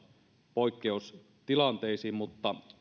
poikkeustilanteisiin mutta